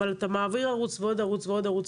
אבל אתה מעביר לעוד ערוץ ועוד ערוץ,